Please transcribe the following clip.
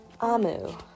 Amu